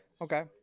Okay